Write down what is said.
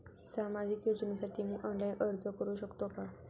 सामाजिक योजनेसाठी मी ऑनलाइन अर्ज करू शकतो का?